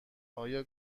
آیا